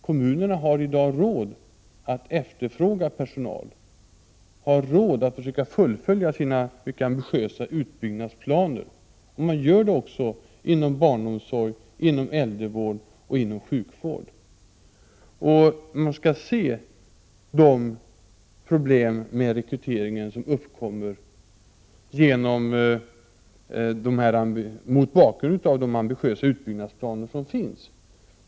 Kommunerna har i dag råd att efterfråga personal, de har råd att fullfölja sina mycket ambitiösa utbyggnadsplaner — och man gör det också inom barnomsorg, äldrevård och sjukvård. De problem med rekryteringen som uppkommer skall ses mot bakgrund av de ambitiösa utbyggnadsplaner som finns.